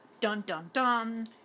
Dun-dun-dun